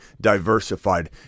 diversified